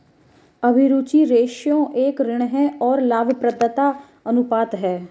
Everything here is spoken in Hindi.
अभिरुचि रेश्यो एक ऋण और लाभप्रदता अनुपात है